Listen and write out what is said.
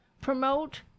Promote